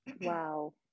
Wow